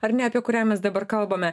ar ne apie kurią mes dabar kalbame